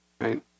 right